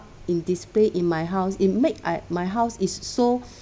in display in my house it makes I my house is so